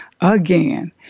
again